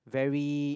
very